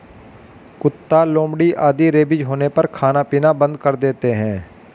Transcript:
कुत्ता, लोमड़ी आदि रेबीज होने पर खाना पीना बंद कर देते हैं